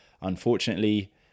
unfortunately